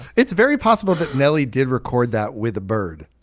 it's very possible that nelly did record that with a bird.